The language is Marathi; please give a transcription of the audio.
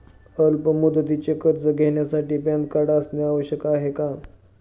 अल्प मुदतीचे कर्ज घेण्यासाठी पॅन कार्ड असणे आवश्यक आहे का?